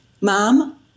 Mom